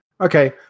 okay